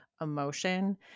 emotion